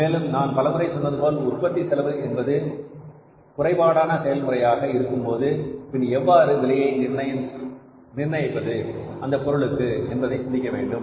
மேலும் நான் பலமுறை சொன்னது போல் உற்பத்தி செலவு என்பது குறைபாடான செயல்முறையாக இருக்கும்போது பின் எவ்வாறு விலையை நிர்ணயிப்பது அந்த பொருளுக்கு என்பதை சிந்திக்க வேண்டும்